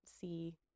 see